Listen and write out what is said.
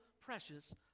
precious